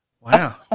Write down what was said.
Wow